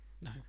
No